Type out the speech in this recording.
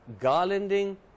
garlanding